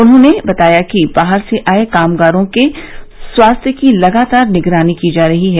उन्होंने बताया कि बाहर से आये कामगारों के स्वास्थ्य की लगातार निगरानी की जा रही है